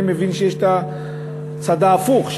אני מבין שיש הצד ההפוך,